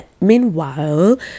meanwhile